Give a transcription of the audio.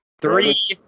Three